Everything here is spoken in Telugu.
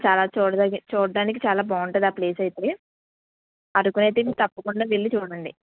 చాలా చూడదగిన చూడడానికి చాలా బాగుంటుంది ఆ ప్లేస్ అయితే అరకు అయితే మీరు తప్పకుండా వెళ్లి చూడండి